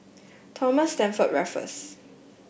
Thomas Stamford Raffles